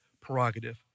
prerogative